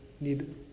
need